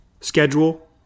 schedule